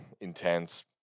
Intense